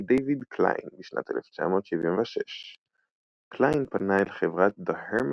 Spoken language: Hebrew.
דייוויד קליין בשנת 1976. קליין פנה אל חברת "The Herman